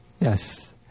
Yes